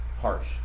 harsh